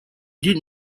did